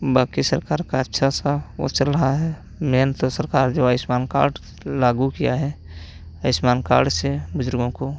बाकी सरकार का अच्छा सा वो चल रहा है मेन तो सरकार जो आयुष्मान कार्ड लागू किया है आयुष्मान कार्ड से बुज़ुर्गों को